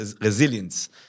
resilience